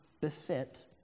befit